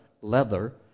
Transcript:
leather